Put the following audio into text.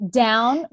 down